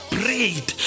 prayed